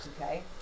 Okay